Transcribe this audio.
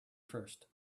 first